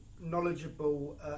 knowledgeable